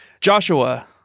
Joshua